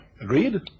Agreed